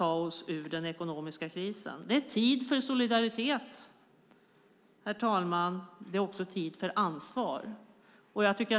oss ur den ekonomiska krisen. Det är tid för solidaritet, herr talman. Det är också tid för ansvar.